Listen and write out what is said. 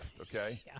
okay